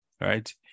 right